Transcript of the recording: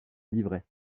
livrets